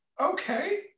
Okay